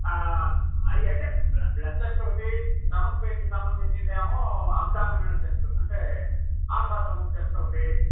అవి అంటే బ్ల బ్లడ్ టెస్ట్ ఒకటి స్టమక్ పెయిన్కి సంబంధించిందేమో అబ్డోమినల్ టెస్ట్ అంటే అల్ట్రా సౌండ్ టెస్ట్ ఒకటి